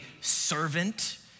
servant